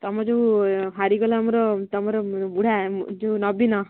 ତୁମେ ଯୋଉ ହାରିଗଲ ଆମର ତୁମର ବୁଢ଼ା ଯୋଉ ନବୀନ